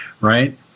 right